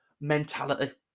mentality